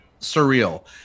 surreal